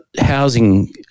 housing